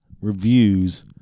reviews